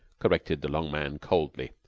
corrected the long man coldly.